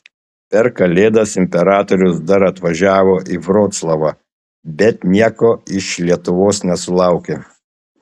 per kalėdas imperatorius dar atvažiavo į vroclavą bet nieko iš lietuvos nesulaukė